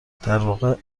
درواقع